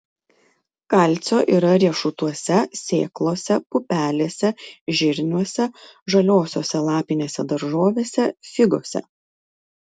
kalcio yra riešutuose sėklose pupelėse žirniuose žaliosiose lapinėse daržovėse figose